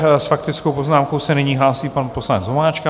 S faktickou poznámkou se nyní hlásí pan poslanec Vomáčka.